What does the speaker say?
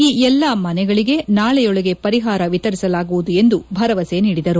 ಈ ಎಲ್ಲಾ ಮನೆಗಳಿಗೆ ನಾಳೆಯೊಳಗೆ ಪರಿಹಾರ ವಿತರಿಸಲಾಗುವುದು ಎಂದು ಭರವಸೆ ನೀಡಿದರು